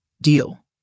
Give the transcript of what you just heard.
Deal